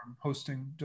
hosting